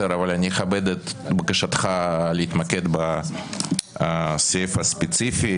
אבל אני אכבד את בקשתך להתמקד בסעיף הספציפי.